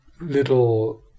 little